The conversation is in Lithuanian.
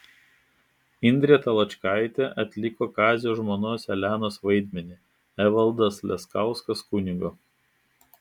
indrė taločkaitė atliko kazio žmonos elenos vaidmenį evaldas leskauskas kunigo